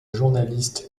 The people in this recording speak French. journaliste